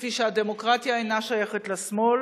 כפי שהדמוקרטיה אינה שייכת לשמאל.